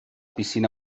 piscina